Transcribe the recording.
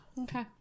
Okay